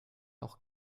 auch